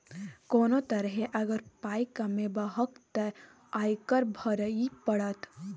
कोनो तरहे अगर पाय कमेबहक तँ आयकर भरइये पड़त